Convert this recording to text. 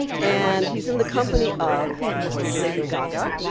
and he's in the company of lady gaga,